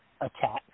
attack